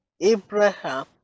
Abraham